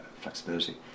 flexibility